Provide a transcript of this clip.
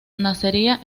nacería